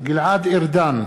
גלעד ארדן,